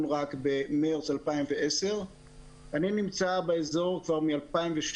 רק במרס 2010. אני נמצא באזור כבר מ-2002.